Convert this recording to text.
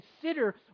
consider